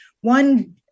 one